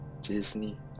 Disney